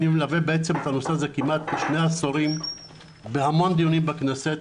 אני מלווה את הנושא הזה כמעט שני עשורים בהמון דיונים בכנסת,